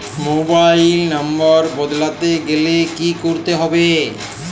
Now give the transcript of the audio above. Mobile নম্বর বদলাতে গেলে কি করতে হবে?